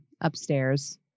upstairs